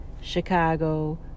Chicago